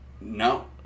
No